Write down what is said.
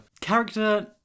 Character